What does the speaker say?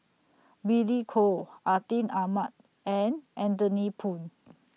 Billy Koh Atin Amat and Anthony Poon